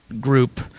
group